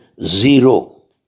zero